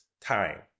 time